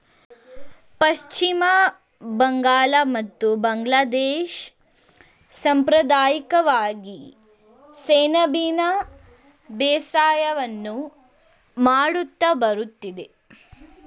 ಪಶ್ಚಿಮ ಬಂಗಾಳ ಮತ್ತು ಬಾಂಗ್ಲಾದೇಶ ಸಂಪ್ರದಾಯಿಕವಾಗಿ ಸೆಣಬಿನ ಬೇಸಾಯವನ್ನು ಮಾಡುತ್ತಾ ಬರುತ್ತಿದೆ